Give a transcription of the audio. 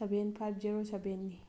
seven five zero ꯁꯚꯦꯟꯅꯤ